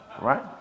right